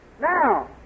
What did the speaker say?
Now